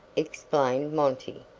explained monty.